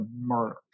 murder